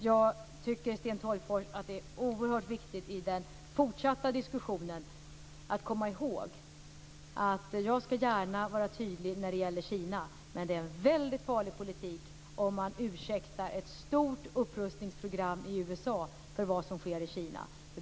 Jag tycker, Sten Tolgfors, att det är oerhört viktigt för den fortsatta diskussionen att komma ihåg att jag gärna ska vara tydlig när det gäller Kina. Men det är en väldigt farlig politik om man ursäktar ett stort upprustningsprogram i USA för vad som sker i Kina.